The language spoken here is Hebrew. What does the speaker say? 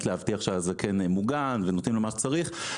להבטיח שהזקן מוגן ונותנים לו מה שצריך,